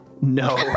No